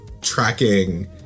tracking